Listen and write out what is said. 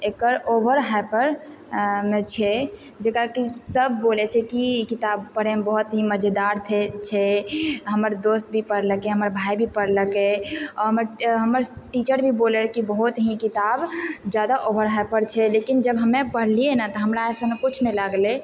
एकर over hyper मे छै जकरा की सब बोलय छै कि ई किताब पढ़यमे बहुत ही मजेदार थे छै हमर दोस्त भी पढ़लकइ हमर भाय भी पढ़लकइ आओर हमर हमर टीचर भी बोलय रहय कि बहुत ही किताब जादा ओवर हाइप्ड छै लेकिन जब हमे पढ़लियइ ने तऽ हमरा एसन किछु नहि लागलइ